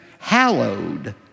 hallowed